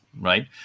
right